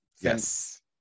Yes